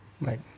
Right